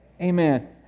Amen